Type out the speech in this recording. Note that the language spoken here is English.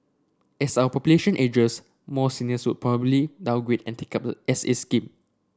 as our population ages more seniors would probably downgrade and take up the S A scheme